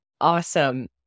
awesome